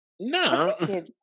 No